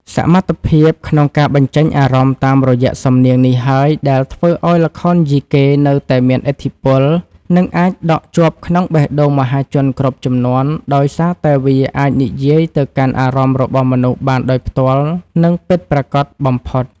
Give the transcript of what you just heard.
សមត្ថភាពក្នុងការបញ្ចេញអារម្មណ៍តាមរយៈសំនៀងនេះហើយ ដែលធ្វើឱ្យល្ខោនយីកេនៅតែមានឥទ្ធិពល និងអាចដក់ជាប់ក្នុងបេះដូងមហាជនគ្រប់ជំនាន់ ដោយសារតែវាអាចនិយាយទៅកាន់អារម្មណ៍របស់មនុស្សបានដោយផ្ទាល់ និងពិតប្រាកដបំផុត។